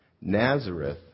Nazareth